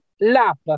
lap